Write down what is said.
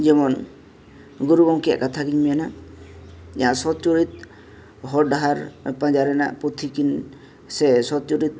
ᱡᱮᱢᱚᱱ ᱜᱩᱨᱩ ᱜᱚᱢᱠᱮᱭᱟᱜ ᱠᱟᱛᱷᱟᱜᱮᱧ ᱢᱮᱱᱟ ᱡᱟᱦᱟᱸ ᱥᱚᱛ ᱪᱚᱨᱤᱛ ᱦᱚᱨ ᱰᱟᱦᱟᱨ ᱯᱟᱸᱡᱟ ᱨᱮᱱᱟᱜ ᱯᱩᱛᱷᱤ ᱠᱤᱱ ᱥᱮ ᱥᱚᱛ ᱪᱤᱨᱤᱛ